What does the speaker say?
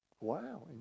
Wow